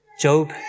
Job